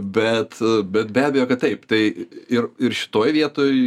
bet bet be abejo kad taip tai ir ir šitoj vietoj